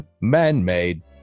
man-made